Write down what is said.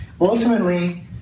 ultimately